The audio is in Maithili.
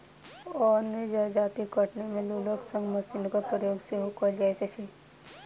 अन्य जजाति कटनी मे लोकक संग मशीनक प्रयोग सेहो कयल जाइत अछि